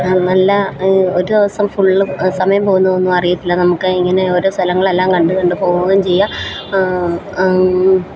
നല്ല ഒരു ദിവസം ഫുള്ളും സമയം പോകുന്നതൊന്നും അറിയത്തില്ല നമുക്ക് ഇങ്ങനെ ഓരോ സ്ഥലങ്ങളെല്ലാം കണ്ട് കണ്ട് പോവുകേം ചെയ്യാം